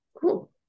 Cool